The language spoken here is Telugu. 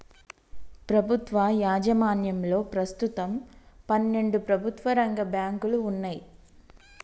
ప్రభుత్వ యాజమాన్యంలో ప్రస్తుతం పన్నెండు ప్రభుత్వ రంగ బ్యాంకులు వున్నయ్